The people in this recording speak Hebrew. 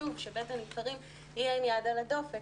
חשוב שבית הנבחרים יהיה עם יד על הדופק